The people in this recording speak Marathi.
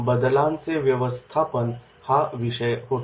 बदलांचे व्यवस्थापन हा त्यावेळी विषय असतो